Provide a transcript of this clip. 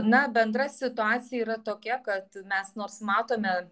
na bendra situacija yra tokia kad mes nors matome